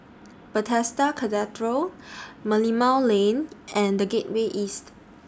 Bethesda Cathedral Merlimau Lane and The Gateway East